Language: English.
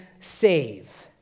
save